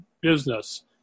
business